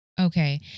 Okay